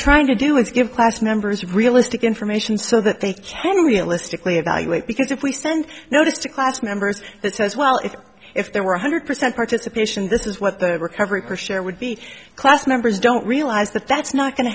trying to do is give class members realistic information so that they can realistically evaluate because if we send notice to class members that says well if if there were one hundred percent participation this is what they were covering her share would be class members don't realize that that's not going to